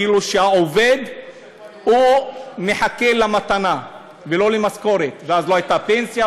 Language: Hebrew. כאילו שהעובד מחכה למתנה ולא למשכורת ואז לא הייתה פנסיה,